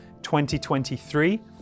2023